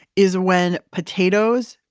is when potatoes,